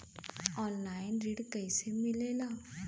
Online ऋण कैसे मिले ला?